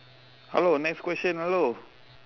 hello next question hello